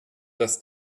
das